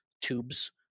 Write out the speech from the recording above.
tubes